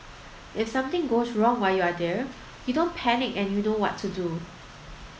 if something goes wrong while you're there you don't panic and you know what to do